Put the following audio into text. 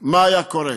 ומה היה קורה.